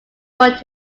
fought